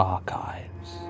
Archives